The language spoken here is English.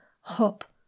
hop